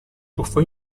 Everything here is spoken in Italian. tuffo